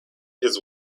his